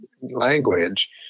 language